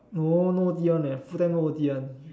no no O_T [one] eh full time no O_T [one]